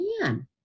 man